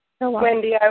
Wendy